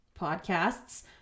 podcasts